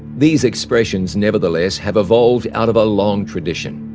these expressions, nevertheless, have evolved out of a long tradition,